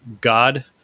God